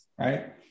Right